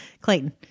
Clayton